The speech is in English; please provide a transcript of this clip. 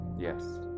Yes